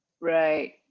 right